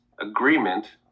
agreement